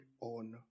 on